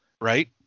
right